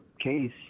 case